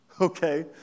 Okay